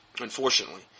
unfortunately